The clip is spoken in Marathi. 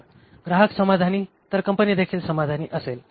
तर ग्राहक समाधानी तर कंपनीदेखील समाधानी असेल